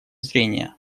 зрения